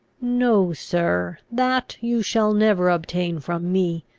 no, sir that you shall never obtain from me.